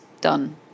Done